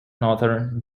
northern